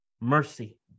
mercy